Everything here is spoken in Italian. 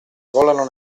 volano